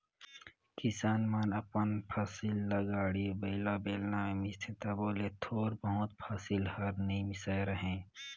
किसान मन अपन फसिल ल गाड़ी बइला, बेलना मे मिसथे तबो ले थोर बहुत फसिल हर नी मिसाए रहें